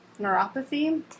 neuropathy